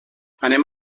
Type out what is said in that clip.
anem